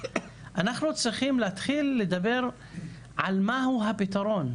אנחנו יודעים מה זה אומר אפשר --- ריבוי טבעי זמני.